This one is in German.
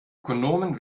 ökonomen